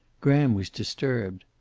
graham was disturbed.